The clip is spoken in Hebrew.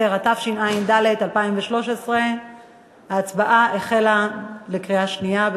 10), התשע"ד 2013. ההצבעה החלה, בקריאה שנייה.